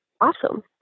Awesome